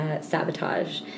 sabotage